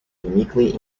uniquely